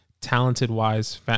talented-wise